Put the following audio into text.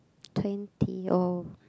twenty or